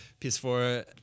PS4